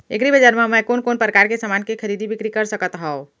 एग्रीबजार मा मैं कोन कोन परकार के समान के खरीदी बिक्री कर सकत हव?